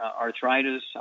arthritis